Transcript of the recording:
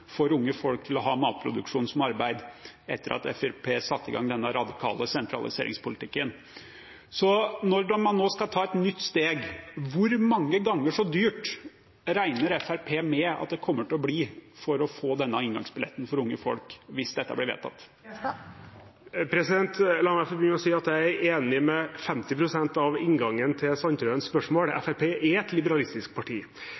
til å ha matproduksjon som arbeid – etter at Fremskrittspartiet satte i gang denne radikale sentraliseringspolitikken. Når man nå skal ta et nytt steg, hvor mange ganger så dyrt regner Fremskrittspartiet med at det kommer til å bli for unge folk å få denne inngangsbilletten hvis dette blir vedtatt? La meg begynne med å si at jeg er enig i 50 pst. av inngangen til Sandtrøens spørsmål. Fremskrittspartiet er et liberalistisk parti.